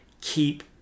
keep